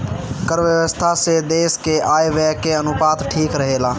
कर व्यवस्था से देस के आय व्यय के अनुपात ठीक रहेला